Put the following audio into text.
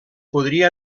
podria